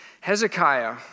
Hezekiah